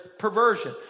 perversion